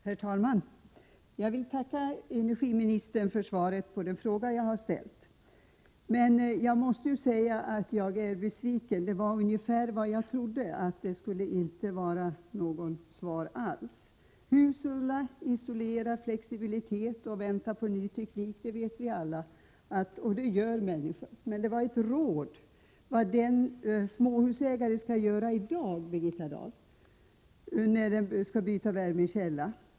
Herr talman! Jag vill tacka energiministern för svaret på den fråga jag har ställt. Jag måste ändå säga att jag är besviken. Det blev ungefär som jag trodde. Det blev inget svar alls. Att vi skall hushålla, isolera, vara flexibla och vänta på ny teknik vet alla, och det gör människor. Frågan gällde, Birgitta Dahl, vilket råd man skall ge den småhusägare som i dag skall byta värmekälla.